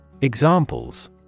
Examples